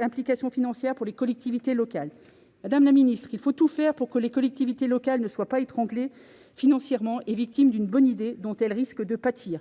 implications financières pour les collectivités locales. Madame la ministre, il faut tout faire pour que les collectivités locales ne soient pas étranglées financièrement ni victimes d'une bonne idée dont elles risquent de pâtir.